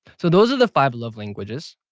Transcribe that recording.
so those are the five love languages